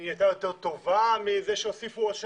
היא נהייתה יותר טובה כשהוסיפו עוד שני